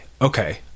Okay